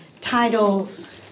titles